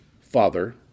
father